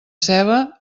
ceba